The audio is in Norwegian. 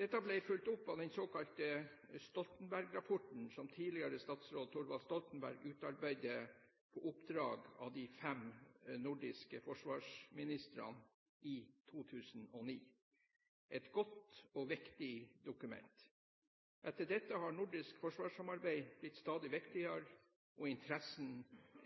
Dette ble fulgt opp av den såkalte Stoltenberg-rapporten, som tidligere statsråd Thorvald Stoltenberg utarbeidet på oppdrag av de fem nordiske forsvarsministrene i 2009 – et godt og viktig dokument. Etter dette har nordisk forsvarssamarbeid blitt stadig viktigere, og interessen